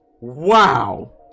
wow